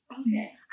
Okay